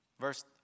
Verse